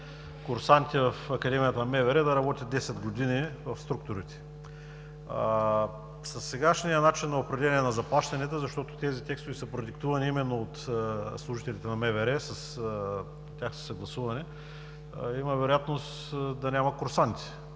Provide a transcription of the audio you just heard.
курсантите в Академията на МВР да работят 10 години в структурите. Със сегашния начин на определяне на заплащанията, защото тези текстове са продиктувани именно от служителите на МВР, с тях са съгласувани, има вероятност да няма курсанти,